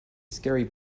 scary